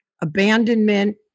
abandonment